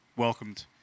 Welcomed